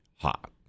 hot